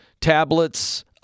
tablets